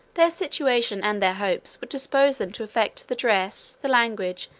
their situation and their hopes would dispose them to affect the dress, the language,